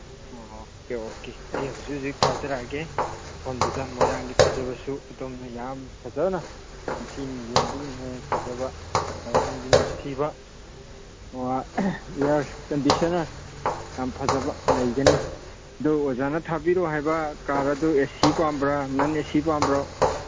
ꯑꯣ okay okay ꯑꯩ ꯍꯧꯖꯤꯛ ꯍꯧꯖꯤꯛ ꯊꯥꯖꯔꯑꯒꯦ ꯃꯐꯝꯗꯨꯗ ꯃꯣꯏꯔꯥꯡꯒꯤ ꯐꯖꯕꯁꯨ ꯑꯗꯣꯝꯅ ꯌꯥꯝꯅ ꯐꯖꯅ ꯅꯤꯡꯊꯤꯅ ꯌꯦꯡꯕꯒꯤ ꯃꯑꯣꯡ ꯐꯖꯕ ꯃꯣꯏꯔꯥꯡꯒꯤ ꯅꯨꯡꯁꯤꯕ ꯏꯌꯥꯔꯁ ꯀꯟꯗꯤꯁꯅꯔ ꯌꯥꯝ ꯐꯖꯕ ꯂꯩꯒꯅꯤ ꯑꯗꯨ ꯑꯣꯖꯥꯅ ꯊꯥꯕꯤꯔꯣ ꯍꯥꯏꯕ ꯀꯥꯔ ꯑꯗꯨ ꯑꯦ ꯁꯤ ꯄꯥꯝꯕ꯭ꯔ ꯅꯟ ꯑꯦ ꯁꯤ ꯄꯥꯝꯕ꯭ꯔꯣ